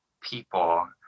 people